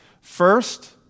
First